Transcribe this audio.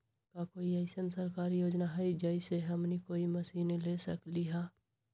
का कोई अइसन सरकारी योजना है जै से हमनी कोई मशीन ले सकीं ला?